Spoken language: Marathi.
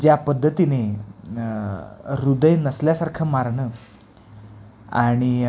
ज्या पद्धतीने हृदय नसल्यासारखं मारणं आणि